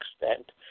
extent